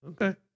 Okay